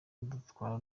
dutwara